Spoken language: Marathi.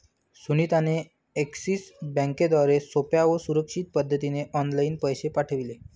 सुनीता ने एक्सिस बँकेद्वारे सोप्या व सुरक्षित पद्धतीने ऑनलाइन पैसे पाठविले